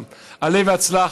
עלה והצלח.